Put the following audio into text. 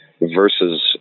versus